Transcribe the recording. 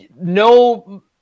no